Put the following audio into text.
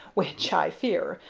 which, i fear,